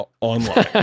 online